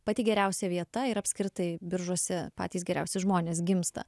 pati geriausia vieta ir apskritai biržuose patys geriausi žmonės gimsta